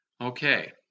Okay